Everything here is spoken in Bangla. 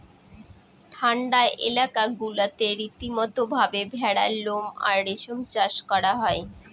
ঠান্ডা এলাকা গুলাতে রীতিমতো ভাবে ভেড়ার লোম আর রেশম চাষ করা হয়